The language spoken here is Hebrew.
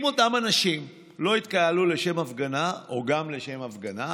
אם אותם אנשים לא התקהלו לשם הפגנה או גם לשם הפגנה,